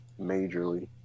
majorly